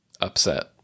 upset